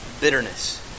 Bitterness